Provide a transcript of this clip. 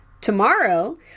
Tomorrow